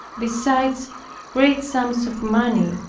besides great sums of money,